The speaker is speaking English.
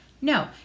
No